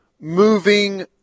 moving –